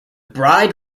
bride